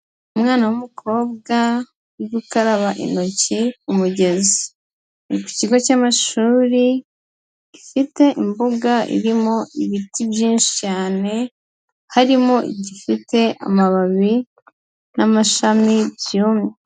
Umwana wumukobwa uri gukaraba intoki ku mugezi. Ari ku kigo cy'amashuri gifite imbuga irimo ibiti byinshi cyane, harimo igifite amababi n'amashami byumye.